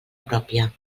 pròpia